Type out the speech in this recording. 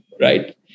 right